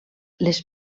les